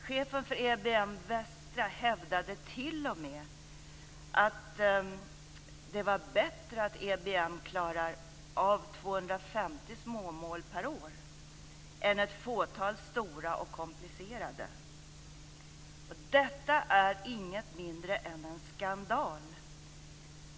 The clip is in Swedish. Chefen för EBM:s västra avdelning hävdade t.o.m. att det var bättre att EBM klarade av 250 småmål per år än ett fåtal stora och komplicerade mål. Detta är inget mindre än en skandal.